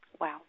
Wow